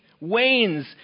wanes